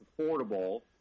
affordable